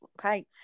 okay